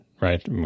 right